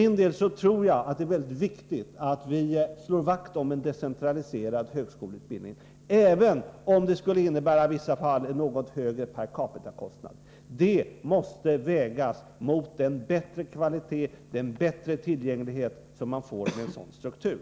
Själv tror jag att det är mycket viktigt att vi slår vakt om en decentraliserad högskoleutbildning, även om den i vissa fall innebär en något högre per capita-kostnad. Det måste vägas mot den bättre kvalitet och större tillgänglighet som man får med en sådan struktur.